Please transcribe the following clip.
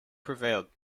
prevailed